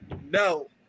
no